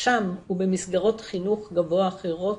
שם ובמסגרות חינוך גבוה אחרות